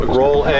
roll